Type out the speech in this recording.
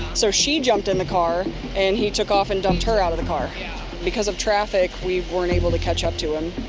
so she jumped in the car and he took off and dumped her out of the car. yeah because of traffic, we weren't able to catch up to him,